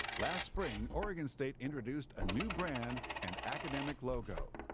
last spring oregon state introduced a new brand and academic logo